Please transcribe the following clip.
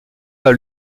pas